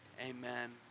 amen